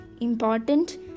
important